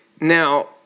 Now